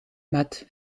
met